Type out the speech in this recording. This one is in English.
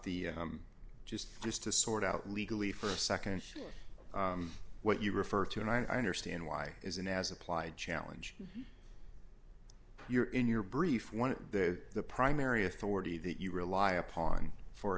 the just just to sort out legally for a nd sure what you refer to and i understand why isn't as applied challenge your in your brief one of the the primary authority that you rely upon for